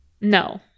No